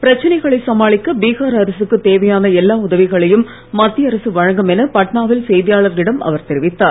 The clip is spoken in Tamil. பிரச்சனையை சமாளிக்க பீகார் அரசுக்கு தேவையான எல்லா உதவிகளையும் மத்திய அரசு வழங்கும் என பட்னாவில் செய்தியாளர்களிடம் அவர் தெரிவித்தார்